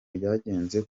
ryagenze